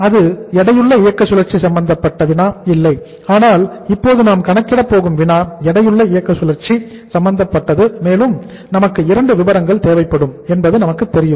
அது எடையுள்ள இயக்க சுழற்சி சம்பந்தப்பட்ட வினா இல்லை ஆனால் இப்போது நாம் கணக்கிட போகும் வினா எடையுள்ள இயக்க சுழற்சி சம்பந்தப்பட்டது மேலும் நமக்கு 2 விபரங்கள் தேவைப்படும் என்பது நமக்குத் தெரியும்